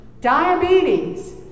diabetes